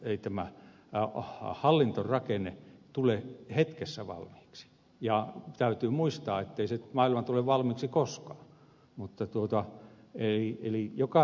ei tämä hallintorakenne tule hetkessä valmiiksi ja täytyy muistaa ettei se maailma tule valmiiksi koskaan eli joka tapauksessa sitä tarvitaan